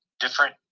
different